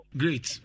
great